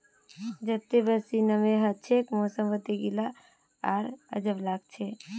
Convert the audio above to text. जत्ते बेसी नमीं हछे मौसम वत्ते गीला आर अजब लागछे